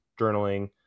journaling